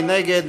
מי נגד?